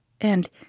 And